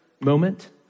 moment